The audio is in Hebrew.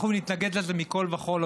אנחנו נתנגד לזה מכול וכול,